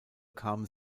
kam